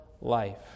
life